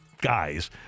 guys